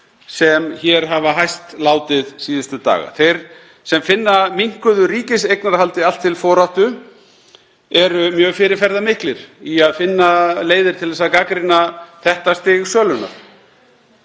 sem hér hafa hæst látið síðustu daga. Þeir sem finna minnkuðu ríkiseignarhaldi allt til foráttu eru mjög fyrirferðarmiklir í að finna leiðir til þess að gagnrýna þetta stig sölunnar.